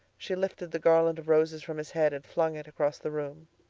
she lifted the garland of roses from his head and flung it across the room.